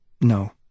No